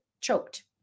choked